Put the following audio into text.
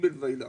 ואילך.